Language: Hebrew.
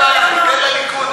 תן לליכוד,